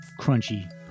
crunchy